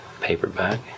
paperback